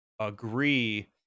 agree